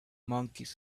monkeys